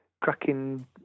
cracking